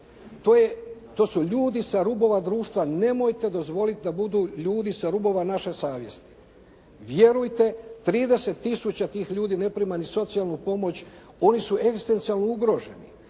To su ljudi sa rubova društva. Nemojte dozvoliti da budu ljudi sa rubova naše savjesti. Vjerujte, 30000 tih ljudi ne prima ni socijalnu pomoć. Oni su egzistencijalno ugroženi.